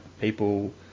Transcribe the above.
people